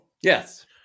Yes